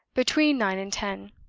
between nine and ten.